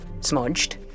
smudged